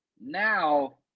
now